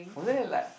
wasn't it like